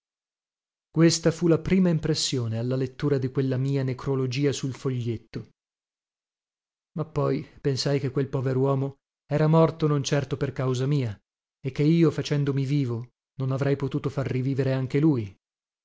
questa fu la prima impressione alla lettura di quella mia necrologia sul foglietto ma poi pensai che quel poveruomo era morto non certo per causa mia e che io facendomi vivo non avrei potuto far rivivere anche lui